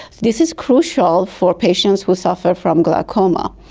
this is crucial for patients who suffer from glaucoma.